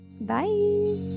Bye